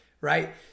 Right